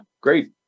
Great